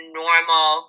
normal